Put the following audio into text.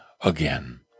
again